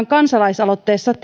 kansalaisaloitteessa